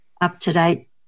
up-to-date